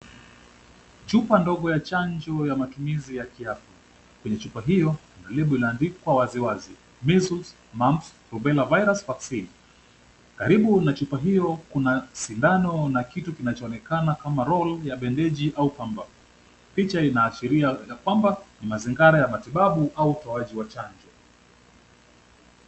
Chupa ndogo ya chanjo ya matumizi ya kiafya. Kwenye chupa hiyo, kuna lebo iliyoandikwa waziwazi, measles, mumps, rubella virus vaccine . Karibu na chupa hiyo, kuna sindano na kitu kinachoonekana kama roll ya bendeji au pamba. Picha inaashiria ya kwamba mazingara ya matibabu au utoaji wa chanjo.